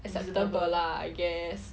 acceptable lah I guess